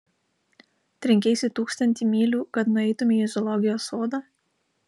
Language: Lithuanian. trenkeisi tūkstantį mylių kad nueitumei į zoologijos sodą